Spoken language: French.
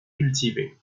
cultivée